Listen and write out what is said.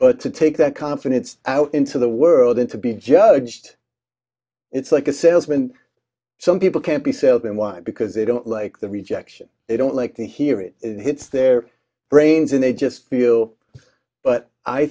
but to take that confidence out into the world into being judged it's like a salesman some people can't be salesman why because they don't like the rejection they don't like to hear it it hits their brains and they just feel but i